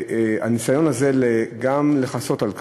הניסיון הזה, גם לכסות על כך,